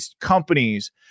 companies